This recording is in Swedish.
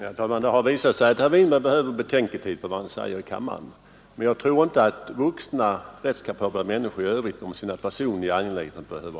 Herr talman! Det har visat sig att herr Winberg behöver betänketid för vad han säger i kammaren. Men jag tror inte att vuxna rättskapabla människor i övrigt behöver ha det i sina personliga angelägenheter.